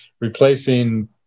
replacing